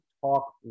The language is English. talk